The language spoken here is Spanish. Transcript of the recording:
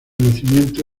nacimiento